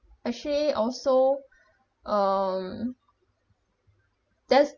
actually also um death